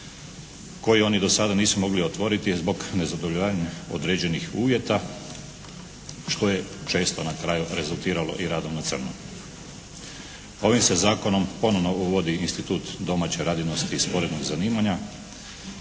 koji oni do sada nisu mogli otvoriti zbog nezadovoljavanja određenih uvjeta što je često na kraju rezultiralo i radom na crno. Ovim se zakonom ponovo uvodi institut domaće radinosti i sporednog zanimanja